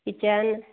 kitchen